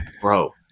bro